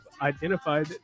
identified